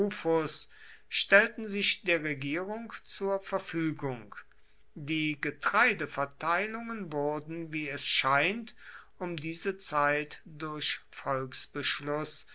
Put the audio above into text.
stellten sich der regierung zur verfügung die getreideverteilungen wurden wie es scheint um diese zeit durch